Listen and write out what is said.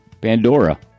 Pandora